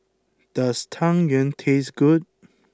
does Tang Yuen taste good